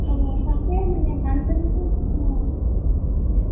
অঁ তাকে মানে বানপানী